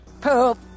Poop